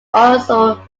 also